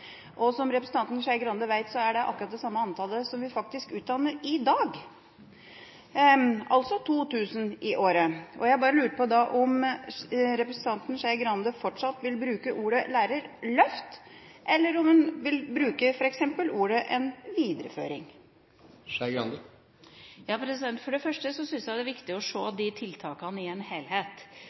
Og som representanten Skei Grande vet, er det akkurat det samme antallet vi faktisk utdanner i dag – altså 2 000 i året. Jeg bare lurer på om representanten Skei Grande fortsatt vil bruke ordet «lærerløft», eller om hun f.eks. vil bruke ordet «videreføring»? For det første syns jeg det er viktig å se disse tiltakene i en helhet.